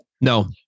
No